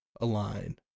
align